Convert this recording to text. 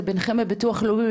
זה ביניכם בביטוח לאומי,